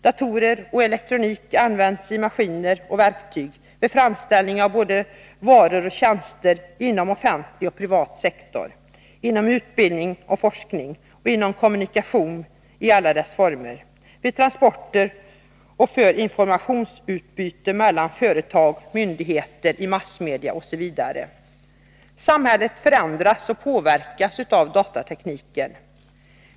Datorer och elektronik används i maskiner och verktyg, vid framställning av både varor och tjänster inom offentlig och privat sektor, inom utbildning och forskning, inom kommunikation i alla dess former, vid transporter och för informationsutbyte mellan företag, myndigheter, i massmedia osv. Samhället förändras och påverkas av datatekniken.